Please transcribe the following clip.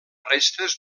restes